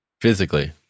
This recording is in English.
physically